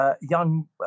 young